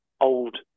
old